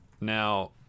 now